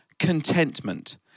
contentment